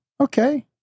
Okay